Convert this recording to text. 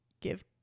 give